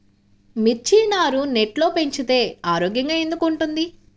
మిర్చి నారు నెట్లో పెంచితే ఆరోగ్యంగా ఎందుకు ఉంటుంది?